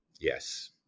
Yes